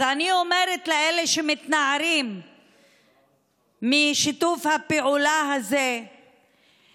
אז אני אומרת לאלה שמתנערים משיתוף הפעולה הזה שדווקא